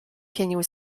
pienił